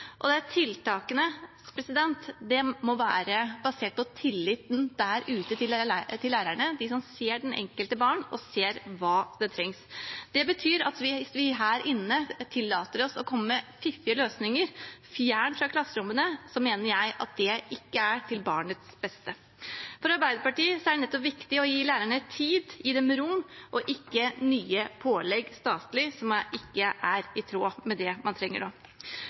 Tiltakene må være basert på tilliten til lærerne der ute, de som ser det enkelte barnet og ser hva som trengs. Det betyr at hvis vi her inne tillater oss å komme med fiffige løsninger fjernt fra klasserommene, mener jeg at det ikke er til barnets beste. For Arbeiderpartiet er det viktig å gi lærerne tid, gi dem rom og ikke nye statlige pålegg, noe som ikke er i tråd med det man trenger